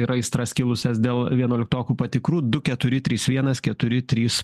ir aistras kilusias dėl vienuoliktokų patikrų du keturi trys vienas keturi trys